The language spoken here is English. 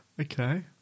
Okay